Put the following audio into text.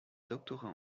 doctorat